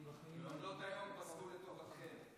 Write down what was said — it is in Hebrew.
במעונות היום פסקו לטובתכם.